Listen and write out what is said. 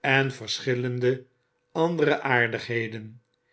en verschillende andere aardigheden